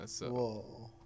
Whoa